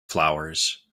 flowers